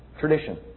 tradition